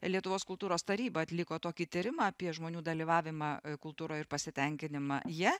lietuvos kultūros taryba atliko tokį tyrimą apie žmonių dalyvavimą kultūroj ir pasitenkinimą ja